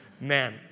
Man